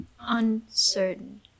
Uncertain